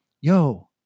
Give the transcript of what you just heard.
Yo